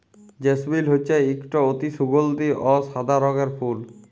জেসমিল হছে ইকট অতি সুগাল্ধি অ সাদা রঙের ফুল